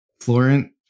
Florent